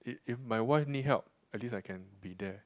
if if my wife need help at least I can be there